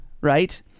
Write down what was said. right